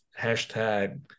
hashtag